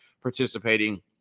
participating